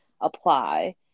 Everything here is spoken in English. apply